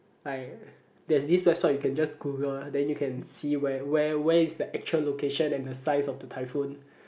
like there's this website you can just Google then you can see where where where is the actual location and the size of the typhoon